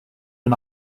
and